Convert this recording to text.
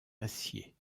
acier